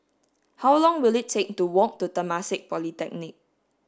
how long will it take to walk to Temasek Polytechnic